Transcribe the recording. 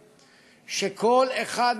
כל כך בעייתי,